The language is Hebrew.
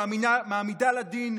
מעמידה לדין,